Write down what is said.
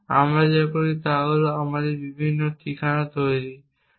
আমরা যা করি তা হল আমরা বিভিন্ন ঠিকানা তৈরি করি